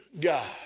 God